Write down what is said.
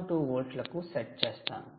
2 వోల్ట్లకు సెట్ చేస్తాను